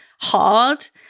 hard